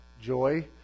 joy